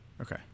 Okay